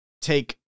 take –